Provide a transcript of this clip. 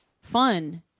fun